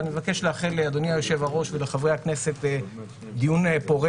ואני מבקש לאחל לאדוני היושב-ראש ולחברי הכנסת דיון פורה